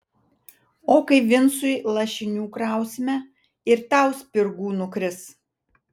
o kai vincui lašinių krausime ir tau spirgų nukris